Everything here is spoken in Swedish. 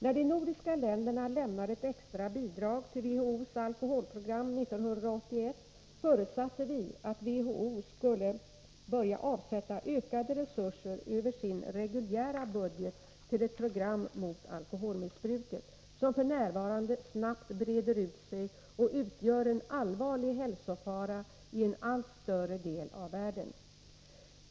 När de nordiska länderna lämnade ett extra bidrag till WHO:s alkoholprogram 1981, förutsatte vi att WHO samtidigt skulle börja avsätta ökade resurser Över sin reguljära budget till ett program mot alkoholmissbruket, som f. n. snabbt breder ut sig och utgör en allvarlig hälsofara i en allt större del av världen.